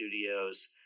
Studios